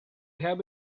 have